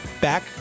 back